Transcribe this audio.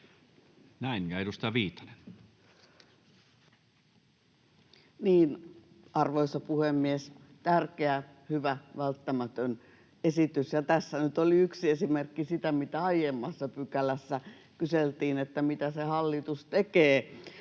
Time: 15:55 Content: Arvoisa puhemies! Tärkeä, hyvä, välttämätön esitys, ja tässä nyt oli yksi esimerkki siitä, mitä aiemmassa pykälässä kyseltiin, että mitä se hallitus tekee,